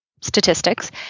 statistics